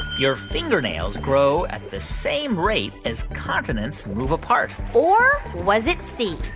your fingernails grow at the same rate as continents move apart? or was it c,